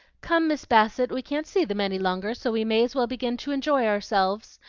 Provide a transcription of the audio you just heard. come, miss bassett, we can't see them any longer, so we may as well begin to enjoy ourselves.